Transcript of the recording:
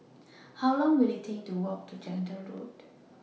How Long Will IT Take to Walk to Gentle Road